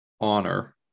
honor